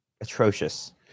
atrocious